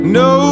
no